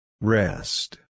Rest